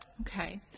Okay